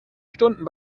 stunden